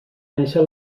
néixer